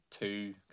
two